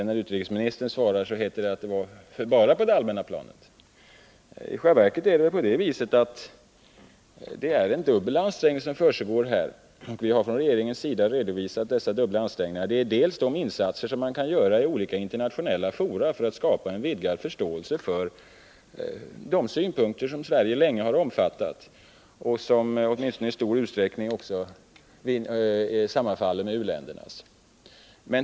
När utrikesministern svarar heter det att regeringen bara rör sig på det allmänna planet. I själva verket är det väl på det viset att det är dubbla ansträngningar som försiggår. Vi har från regeringens sida redovisat dessa dubbla ansträngningar, bl.a. insatser man kan göra i olika internationella fora för att skapa en vidgad förståelse för de synpunkter som Sverige länge har omfattat och som åtminstone i stor utsträckning också sammanfaller med u-ländernas.